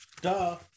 duh